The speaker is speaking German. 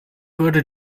würde